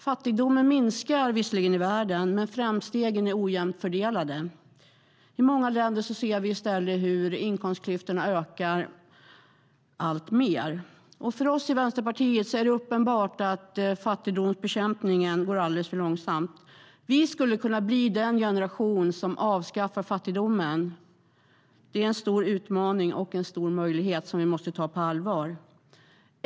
Fattigdomen minskar visserligen i världen, men framstegen är ojämnt fördelade. I många länder ser vi i stället hur inkomstklyftorna ökar alltmer. För oss i Vänsterpartiet är det uppenbart att fattigdomsbekämpningen går alldeles för långsamt. Vi skulle kunna bli den generation som avskaffar fattigdomen. Det är en stor utmaning och en stor möjlighet som vi måste ta på allvar.